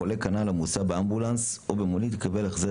חולה כנ"ל המוסע באמבולנס או במונית יקבל החזר